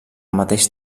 mateix